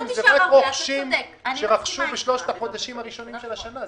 אלו רק רוכשים שרכשו בשלושת החודשים הראשונים של השנה,